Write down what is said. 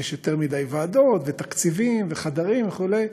יש יותר מדי ועדות ותקציבים וחדרים וכו'.